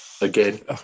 again